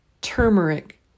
turmeric